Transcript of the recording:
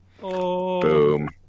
Boom